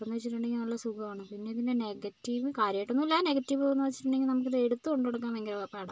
ഇപ്പോഴെന്ന് വെച്ചിട്ടുണ്ടെങ്കിൽ നല്ല സുഖമാണ് പിന്നെ ഇതിൻ്റെ നെഗറ്റീവ് കാര്യമായിട്ടൊന്നുമില്ല നെഗറ്റീവ് എന്ന് ചോദിച്ചിട്ടുണ്ടെങ്കില് നമുക്കിത് എടുത്തുകൊണ്ട് നടക്കാൻ ഭയങ്കര പാടാണ്